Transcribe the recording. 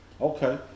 okay